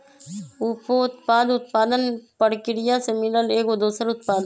उपोत्पाद उत्पादन परकिरिया से मिलल एगो दोसर उत्पाद हई